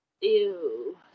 Ew